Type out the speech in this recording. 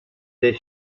des